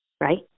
right